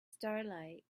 starlight